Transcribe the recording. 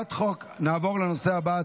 נעבור לנושא הבא,